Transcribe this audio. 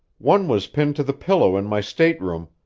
one was pinned to the pillow in my stateroom,